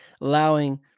allowing